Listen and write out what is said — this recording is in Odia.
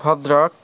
ଭଦ୍ରକ